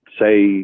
say